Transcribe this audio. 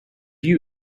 you